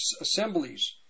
assemblies